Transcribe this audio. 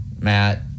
Matt